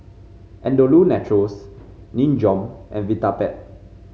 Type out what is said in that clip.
Andalou Naturals Nin Jiom and Vitapet